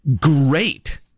great